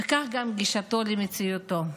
וכך גם גישתו למציאותו.